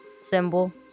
symbol